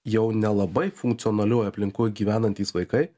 jau nelabai funkcionalioj aplinkoj gyvenantys vaikai